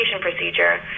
procedure